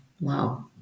wow